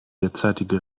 derzeitige